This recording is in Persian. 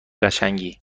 قشنگی